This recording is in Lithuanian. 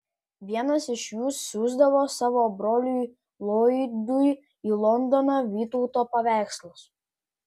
vienas iš jų siųsdavo savo broliui loydui į londoną vytauto paveikslus